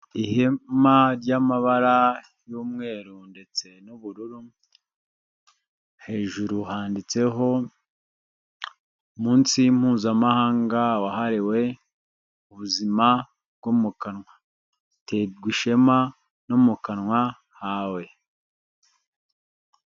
Ihema ry'amabara y'umweru ndetse n'ubururu, hejuru handitseho umunsi mpuzamahanga wahariwe ubuzima bwo mu kanwa, terwa ishema no mu kanwa hawe.